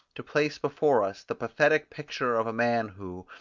to place before us the pathetic picture of a man, who,